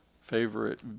favorite